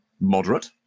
moderate